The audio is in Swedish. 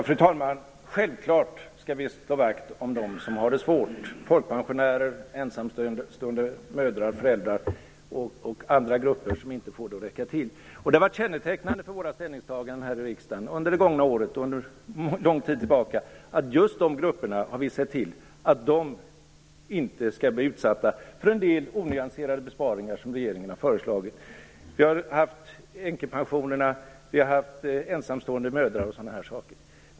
Fru talman! Självklart skall vi slå vakt om dem som har det svårt: folkpensionärer, ensamstående föräldrar och andra grupper som inte får pengarna att räcka till. Det har varit kännetecknande för våra ställningstaganden här i riksdagen under det gångna året och under lång tid tillbaka att vi har sett till att just de grupperna inte skall bli utsatta för en del onyanserade besparingar som regeringen har föreslagit, t.ex. änkepensionerna, förslag som rör ensamstående mödrar o.d.